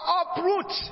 uproot